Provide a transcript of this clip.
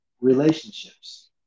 relationships